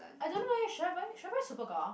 I don't know eh should I buy should I buy Superga